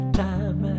time